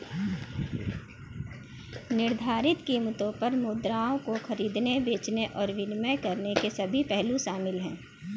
निर्धारित कीमतों पर मुद्राओं को खरीदने, बेचने और विनिमय करने के सभी पहलू शामिल हैं